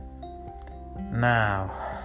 Now